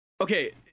Okay